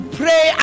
pray